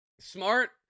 Smart